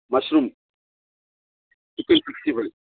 mushroom chicken sixty five